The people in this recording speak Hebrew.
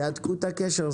תהדקו את הקשר.